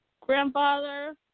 grandfather